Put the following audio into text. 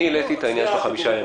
אני העליתי את העניין של חמישה ימים,